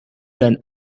dan